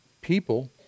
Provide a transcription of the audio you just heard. people